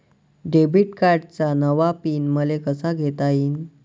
Debit कार्डचा नवा PIN मले कसा घेता येईन?